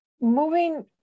moving